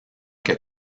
que